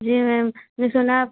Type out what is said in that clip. जी ma'am जी सुना आप